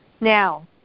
Now